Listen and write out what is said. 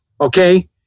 Okay